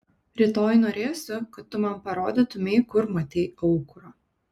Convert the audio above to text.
rytoj norėsiu kad tu man parodytumei kur matei aukurą